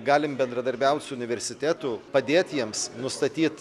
galim bendradarbiaut su universitetu padėt jiems nustatyt